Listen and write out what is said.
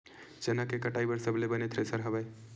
चना के कटाई बर सबले बने थ्रेसर हवय?